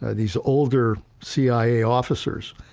these older cia officers,